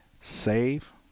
Save